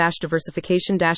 diversification